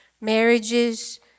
marriages